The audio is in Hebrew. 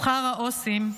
שכר העו"סים,